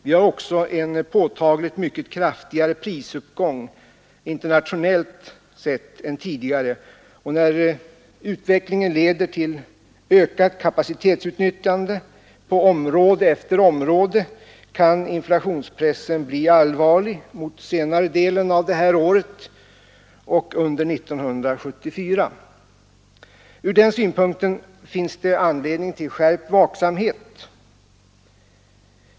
Vi har också en påtagligt mycket kraftigare prisuppgång internationellt sett än tidigare, och när utvecklingen leder till ökat kapacitetsutnyttjande på område efter område kan inflationspressen bli allvarlig mot senare delen av detta år och under 1974. Ur den synpunkten finns det anledning till skärpt vaksamhet.